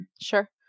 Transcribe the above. Sure